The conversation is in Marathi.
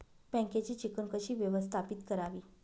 बँकेची चिकण कशी व्यवस्थापित करावी?